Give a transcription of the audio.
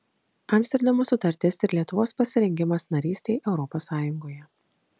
amsterdamo sutartis ir lietuvos pasirengimas narystei europos sąjungoje